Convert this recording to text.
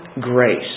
grace